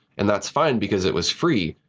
and that's fine because it was free,